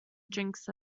drinks